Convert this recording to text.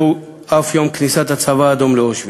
זהו גם יום כניסת הצבא האדום לאושוויץ.